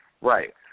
Right